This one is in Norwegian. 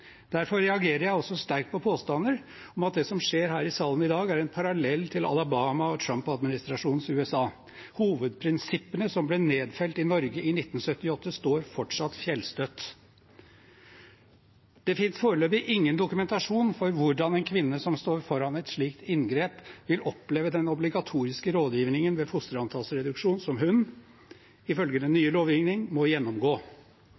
Derfor reagerer jeg også sterkt på påstander om at det som skjer her i salen i dag, er en parallell til Alabama og Trump-administrasjonens USA. Hovedprinsippene som ble nedfelt i Norge i 1978, står fortsatt fjellstøtt. Det finnes foreløpig ingen dokumentasjon for hvordan en kvinne som står foran et slikt inngrep, vil oppleve den obligatoriske rådgivningen ved fosterantallsreduksjon, som hun, ifølge den nye lovgivningen, må gjennomgå.